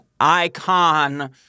icon